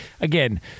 again